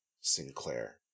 Sinclair